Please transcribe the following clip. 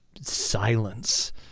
silence